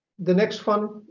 the next one